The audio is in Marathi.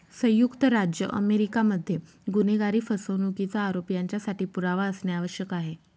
संयुक्त राज्य अमेरिका मध्ये गुन्हेगारी, फसवणुकीचा आरोप यांच्यासाठी पुरावा असणे आवश्यक आहे